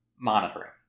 monitoring